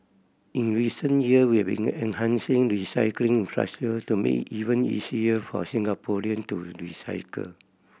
in recent year we enhancing recycling to make even easier for Singaporean to recycle